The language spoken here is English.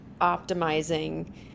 optimizing